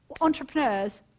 Entrepreneurs